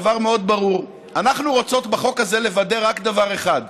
דבר מאוד ברור: אנחנו רוצות בחוק הזה לוודא רק דבר אחד,